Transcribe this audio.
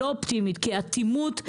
כי אטימות פשטה,